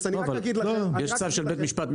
אבל יש צו של בית משפט,